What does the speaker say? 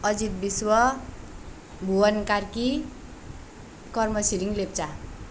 Ajit Vishwa Bhuvan Karki Karma Chhiring Lepcha